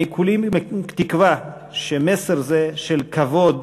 אני כולי תקווה שמסר זה של כבוד,